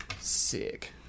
Sick